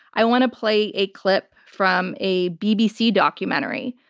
i want to play a clip from a bbc documentary,